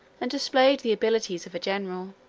and displayed the abilities, of a general.